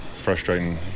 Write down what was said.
frustrating